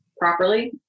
properly